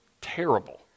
terrible